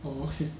oh okay